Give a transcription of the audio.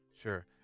Sure